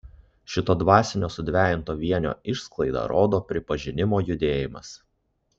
šito dvasinio sudvejinto vienio išsklaidą rodo pripažinimo judėjimas